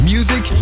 Music